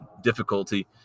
difficulty